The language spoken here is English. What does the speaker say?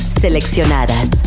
Seleccionadas